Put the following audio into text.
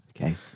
okay